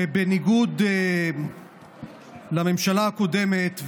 ובניגוד לממשלה הקודמת,